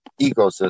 ecosystem